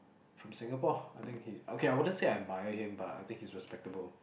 from Singapore I think he okay I wouldn't say I admire him but I think he's respectable